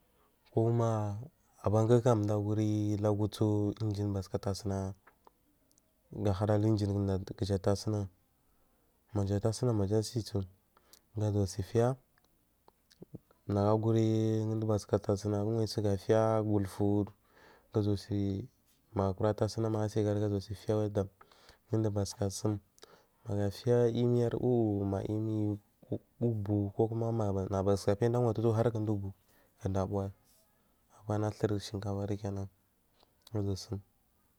Koma abanku kam madguri lagutsu ɛngine bathuka tasuna gahura lusngne kuja tasunagu maja tasunag majasibu gasuwasafiya nagu aguri ndu bathuka tasuna tugafiya wulfu gasuwa si magu kura tasuna suguri safiyaɗan undugu basuka sum mapufya yimi ar wukhu mu ubu kokuma nagu basuka fiyada awatutulkul harkuda ubu kuda ubow abana thur shunkafari kina gasuwa sum kokuma.